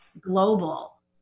global